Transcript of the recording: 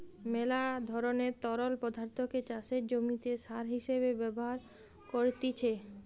মেলা ধরণের তরল পদার্থকে চাষের জমিতে সার হিসেবে ব্যবহার করতিছে